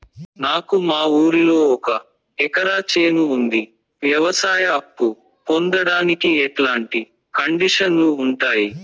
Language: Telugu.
నాకు మా ఊరిలో ఒక ఎకరా చేను ఉంది, వ్యవసాయ అప్ఫు పొందడానికి ఎట్లాంటి కండిషన్లు ఉంటాయి?